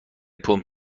پمپ